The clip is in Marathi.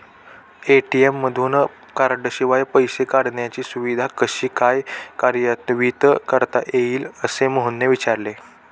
ए.टी.एम मधून कार्डशिवाय पैसे काढण्याची सुविधा कशी काय कार्यान्वित करता येईल, असे मोहनने विचारले